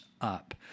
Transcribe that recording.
up